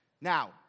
Now